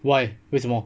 why 为什么